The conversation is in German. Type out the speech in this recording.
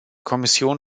kommission